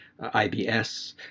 IBS